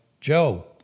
Joe